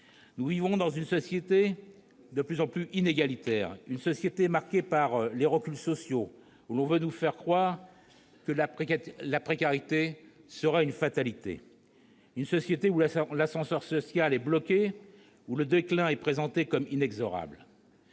Nous vivons dans une société de plus en plus inégalitaire, une société marquée par les reculs sociaux, où l'on veut nous faire croire que la précarité serait une fatalité, une société où l'ascenseur social est bloqué, où le déclin est présenté comme inexorable.